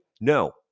No